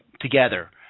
together